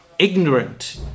ignorant